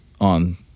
on